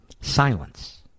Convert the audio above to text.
Silence